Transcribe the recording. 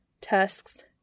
tusks